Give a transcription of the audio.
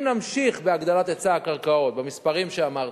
אם נמשיך בהגדלת היצע הקרקעות במספרים שאמרתי,